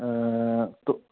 हां हां